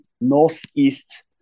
northeast